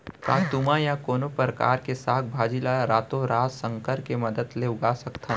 का तुमा या कोनो परकार के साग भाजी ला रातोरात संकर के मदद ले उगा सकथन?